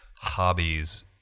hobbies